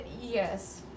Yes